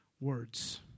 words